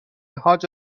حاج